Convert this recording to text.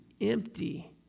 empty